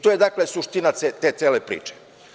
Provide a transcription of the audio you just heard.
To je suština te cele priče.